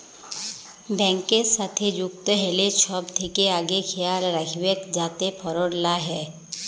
ব্যাংকের সাথে যুক্ত হ্যলে ছব থ্যাকে আগে খেয়াল রাইখবেক যাতে ফরড লা হ্যয়